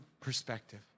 perspective